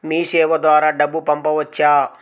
మీసేవ ద్వారా డబ్బు పంపవచ్చా?